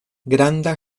granda